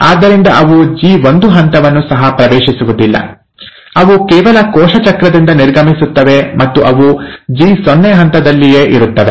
ಆದ್ದರಿಂದ ಅವು ಜಿ1 ಹಂತವನ್ನೂ ಸಹ ಪ್ರವೇಶಿಸುವುದಿಲ್ಲ ಅವು ಕೇವಲ ಕೋಶ ಚಕ್ರದಿಂದ ನಿರ್ಗಮಿಸುತ್ತವೆ ಮತ್ತು ಅವು ಜಿ0 ಹಂತದಲ್ಲಿಯೇ ಇರುತ್ತವೆ